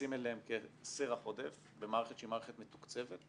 מתייחסים אליהם כסרח עודף במערכת שהיא מערכת מתוקצבת,